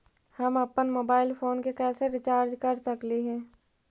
हम अप्पन mobile phone के कैसे रिचार्ज कर सकली हे?